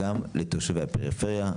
גם תושבי הפריפריה,